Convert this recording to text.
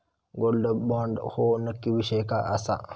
Gold bond ह्यो नक्की विषय काय आसा?